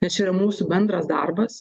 nes čia yra mūsų bendras darbas